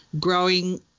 growing